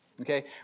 okay